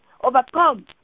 overcome